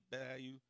value